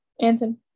Anton